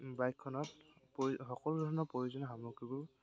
বাইকখনত প সকলো ধৰণৰ প্ৰয়োজনীয় সামগ্ৰীবোৰ